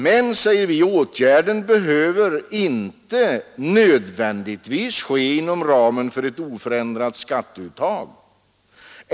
Men, säger vi, åtgärden behöver inte nödvändigtvis ske inom ramen för ett oförändrat skatteuttag.